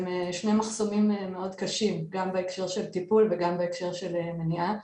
הם שני מחסומים מאוד קשים גם בהקשר של טיפול וגם בהקשר של מניעה.